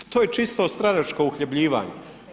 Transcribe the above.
To je čisto stranačko uhljebljivanje.